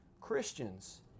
Christians